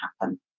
happen